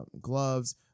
gloves